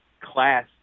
class